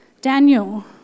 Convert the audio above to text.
Daniel